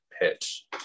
pitch